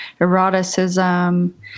eroticism